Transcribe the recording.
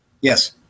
Yes